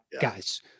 guys